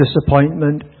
disappointment